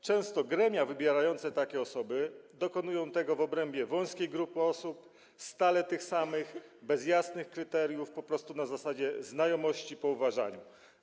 Często gremia wybierające takie osoby dokonują tego w obrębie wąskiej grupy osób, stale tych samych, bez jasnych kryteriów, po prostu na zasadzie znajomości, po uważaniu.